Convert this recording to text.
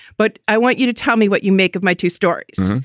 but i want you to tell me what you make of my two stories.